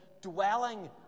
dwelling